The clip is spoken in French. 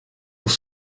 pour